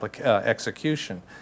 execution